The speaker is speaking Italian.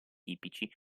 tipici